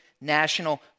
national